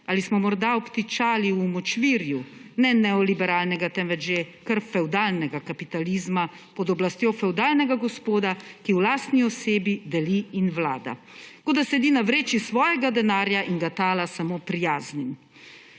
ali smo morda obtičali v močvirju, ne neoliberalnega, temveč že kar fevdalnega kapitalizma pod oblastjo fevdalnega gospoda, ki v lastni osebi deli in vlada, kot da sedi na vreči svojega denarja in ga tala samo prijaznim.